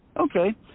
okay